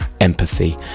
empathy